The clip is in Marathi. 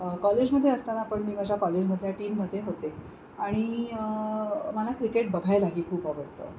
कॉलेजमध्ये असताना पण मी माझ्या कॉलेजमधल्या टीममध्ये होते आणि मला क्रिकेट बघायलाही खूप आवडतं